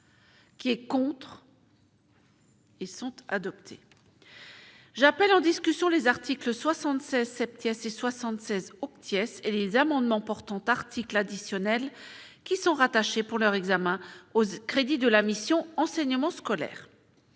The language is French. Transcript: qui est pour l'heure. Et sont adoptés. J'appelle en discussion : les articles 76 assez 76 obtiennent et les amendements portant articles additionnels qui sont rattachés pour leur examen au crédit de la mission enseignement scolaire à